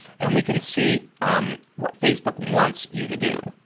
and we can see what facebook wants you to do.